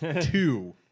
Two